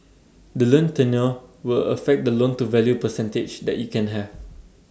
the loan tenure will affect the loan to value percentage that you can have